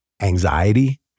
anxiety